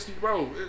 bro